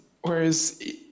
whereas